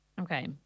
Okay